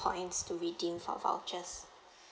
points to redeem our vouchers